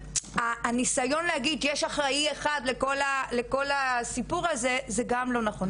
אבל הניסיון להגיד שיש אחראי אחד לכל הסיפור הזה - זה גם לא נכון.